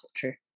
culture